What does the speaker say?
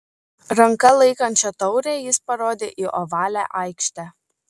ranka laikančia taurę jis parodė į ovalią aikštę